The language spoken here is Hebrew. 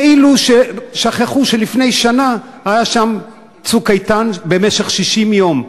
כאילו שכחו שלפני שנה היה שם "צוק איתן" במשך 60 יום.